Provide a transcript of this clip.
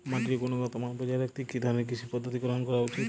মাটির গুনগতমান বজায় রাখতে কি ধরনের কৃষি পদ্ধতি গ্রহন করা উচিৎ?